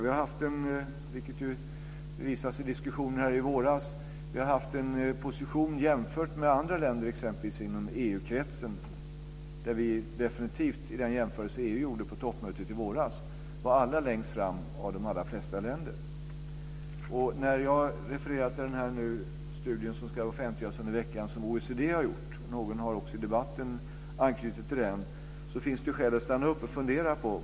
Vi har, vilket ju visade sig i diskussionen i våras, haft en position jämfört med exempelvis andra länder inom EU-kretsen där vi definitivt - det var i den jämförelse som EU gjorde på toppmötet i våras - varit allra längst fram bland de flesta länder. När jag refererar till den studie som ska offentliggöras i veckan som OECD har gjort, någon annan har också anknutit till den i debatten, så finns det skäl att stanna upp fundera.